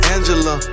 Angela